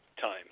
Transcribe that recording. time